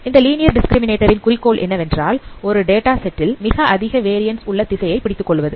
இந்த linear discriminator ன் குறிக்கோள் என்னவென்றால் ஒரு டேட்டா செட் ல் மிக அதிக வேரியண்ஸ் உள்ள திசையை பிடித்துக் கொள்வது